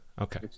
Okay